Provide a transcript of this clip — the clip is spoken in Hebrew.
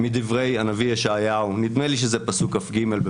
אין ספק שאנחנו באים לתקן פה עכשיו מחדל,